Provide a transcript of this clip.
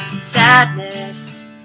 sadness